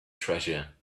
treasure